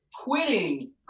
quitting